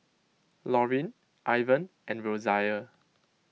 Lorin Ivan and Rosia